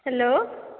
hello